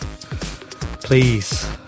Please